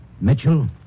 Mitchell